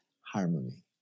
harmony